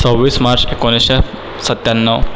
सव्वीस मार्च एकोणीसशे सत्याण्णव